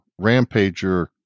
rampager